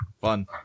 Fun